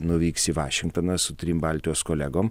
nuvyks į vašingtoną su trim baltijos kolegom